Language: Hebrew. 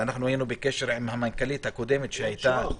והיינו בקשר עם המנכ"לית הקודמת שהייתה --- זה לא 9%?